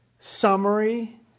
summary